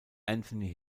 anthony